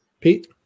Pete